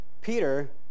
Peter